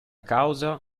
causa